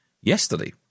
yesterday